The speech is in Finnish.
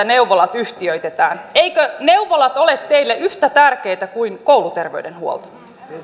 neuvolat yhtiöitetään eivätkö neuvolat ole teille yhtä tärkeitä kuin kouluterveydenhuolto